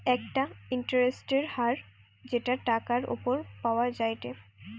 একটা ইন্টারেস্টের হার যেটা টাকার উপর পাওয়া যায়টে